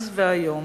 אז והיום.